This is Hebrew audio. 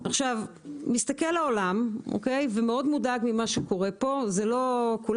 מסתכל העולם ומאוד מודאג ממה שקורה כאן.